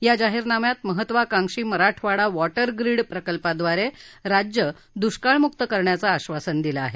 या जाहीरनाम्यात महत्त्वाकांक्षी मराठवाडा वॉटर ग्रीड प्रकल्पाद्वारे राज्य दुष्काळमुक्त करण्याचं आश्वासन दिलं आहे